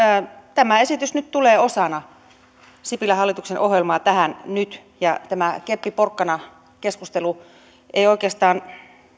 tämä esitys nyt tulee osana sipilän hallituksen ohjelmaa tähän ja tämä keppi porkkana keskustelu ei oikeastaan